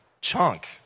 chunk